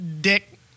Dick